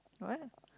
what